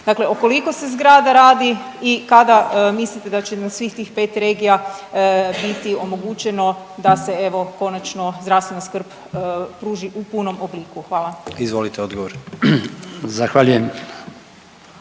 Dakle, o koliko se zgrada radi i kada mislite da će na svih tih 5 regija biti omogućeno da se evo konačno zdravstvena skrbi pruži u punom obliku? Hvala. **Jandroković, Gordan